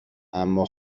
اما